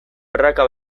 praka